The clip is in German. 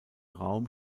raum